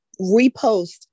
repost